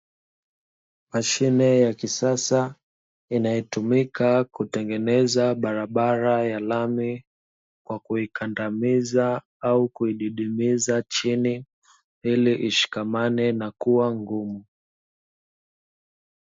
Mashine ya kisasa, inayotumika kutengeneza barabara ya lami, kwa kuikandamiza, au kuididimiza chini, ili ishikamane na kuwa ngumu.